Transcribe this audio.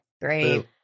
great